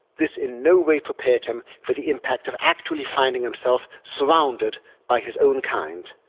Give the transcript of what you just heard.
this in no way prepared him for the impact of actually finding himself surrounded by his own kind,